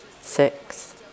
six